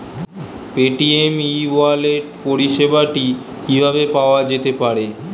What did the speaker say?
Paytm e wallet পরিষেবাটি কিভাবে পাওয়া যেতে পারে?